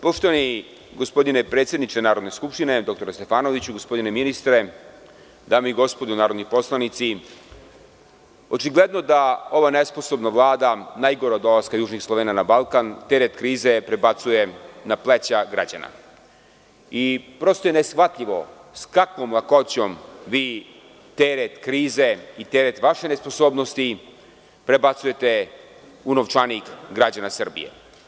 Poštovani gospodine predsedniče Narodne skupštine, dr Stefanoviću, ministre, dame i gospodo narodni poslanici, očigledno je da ova nesposobna Vlada, najgora od dolaska južnih Slovena na Balkan, teret krize prebacuje na pleća građana i prosto je neshvatljivo sa kakvom lakoćom teret krize i teret vaše nesposobnosti prebacujete u novčanik građana Srbije.